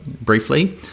briefly